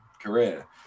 career